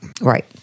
Right